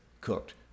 cooked